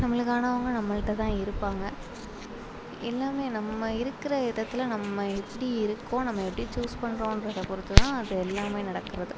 நம்மளுக்கு ஆனவங்க நம்மகிட்ட தான் இருப்பாங்க எல்லாமே நம்ம இருக்கிற விதத்தில் நம்ம எப்படி இருக்கோம் நம்ம எப்படி சூஸ் பண்றோம்றத பொறுத்து தான் அது எல்லாம் நடக்கிறது